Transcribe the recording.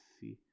see